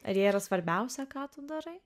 ar jie yra svarbiausia ką tu darai